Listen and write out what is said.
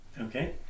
Okay